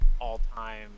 all-time